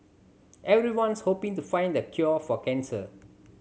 everyone's hoping to find the cure for cancer